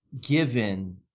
given